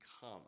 come